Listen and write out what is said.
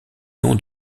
nom